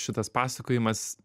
šitas pasakojimas